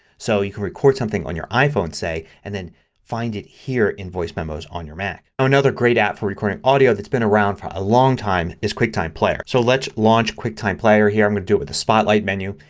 so you can record something on your iphone, say, and then find it here in voice memos on your mac. another great app for recording audio that's been around for a long time is quicktime player. so let's launch quicktime player here. i'm going to do it with the spotlight menu.